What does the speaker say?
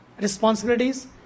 responsibilities